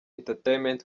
entertainment